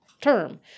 term